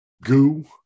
goo